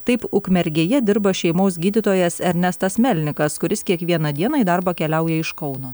taip ukmergėje dirba šeimos gydytojas ernestas melnikas kuris kiekvieną dieną į darbą keliauja iš kauno